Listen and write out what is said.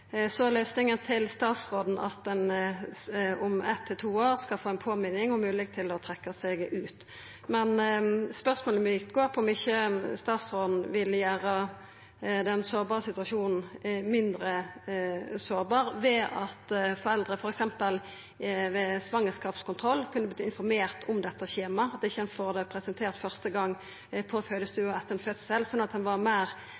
Så er løysinga til statsråden at ein etter eitt til to år skal få ei påminning og moglegheit til å trekkja seg ut. Spørsmålet mitt går på om ikkje statsråden vil gjera den sårbare situasjonen mindre sårbar ved at foreldre, f.eks. ved svangerskapskontroll, vert informerte om dette skjemaet, at ein ikkje får det presentert første gong på fødestua etter ein fødsel, slik at ein var meir